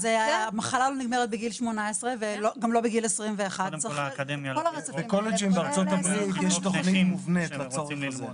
אז המחלה לא נגמרת בגיל 18 וגם לא בגיל 21. בקולג'ים בארצות הברית יש תוכנית מובנית לצורך הזה.